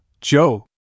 Joe